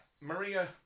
Maria